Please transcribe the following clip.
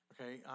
okay